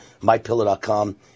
MyPillow.com